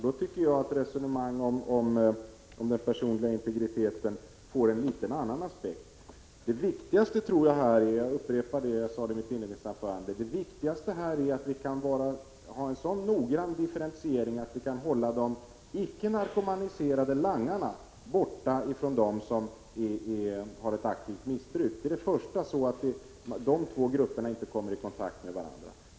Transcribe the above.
Då tycker jag att ett resonemang om den personliga integriteten får litet annan vikt. Det väsentliga tror jag är — jag upprepar vad jag sade i mitt inledningsanförande — att vi skall ha en så noggrann differentiering att vi kan hålla de icke narkomaniserade langarna borta från dem som har ett aktivt missbruk. Det är det första — att de två grupperna inte kommer i kontakt med varandra.